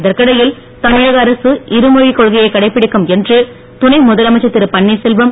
இதற்கிடையில் தமிழக அரசு இருமொழிக் கொள்கையை கடைபிடிக்கும் என்று துணை முதலமைச்சர் திரு பன்னீர்செல்வம்